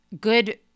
good